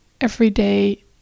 everyday